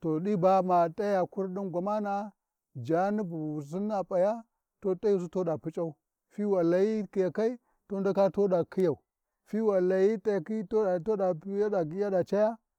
to ɗi bama t’aya kurɗi gwamana’a, jani bu sinni a P’aya tu t’ayusi tuɗa puc’au, fiwi a Layi khiyakai tu ndaka tuɗa khiyau tiwi a layi t’ayakai tuɗa yaɗa yaɗa caya.